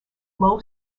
low